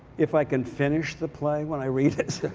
if i can finish the play when i read it.